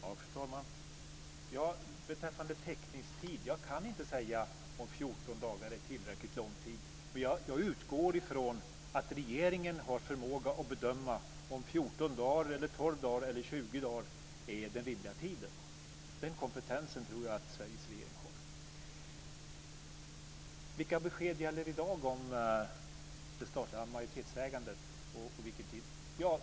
Fru talman! Beträffande teckningstiden kan jag inte säga om 14 dagar är en tillräckligt lång tid. Jag utgår ifrån att regeringen har förmåga att bedöma om 14 dagar, 12 dagar eller 20 dagar är den rimliga tiden. Jag tror att Sveriges regering har den kompetensen. Vilka besked gäller i dag om det statliga majoritetsägandet?